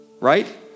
Right